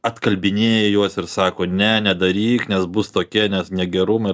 atkalbinėja juos ir sako ne nedaryk nes bus tokie nes negerumai